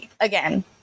again